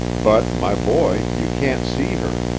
but, my boy, you can't see her.